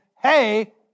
hey